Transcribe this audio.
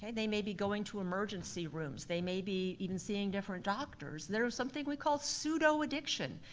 and they may be going to emergency rooms, they may be even seeing different doctors. there is something we call pseudo-addiction,